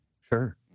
Sure